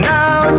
Now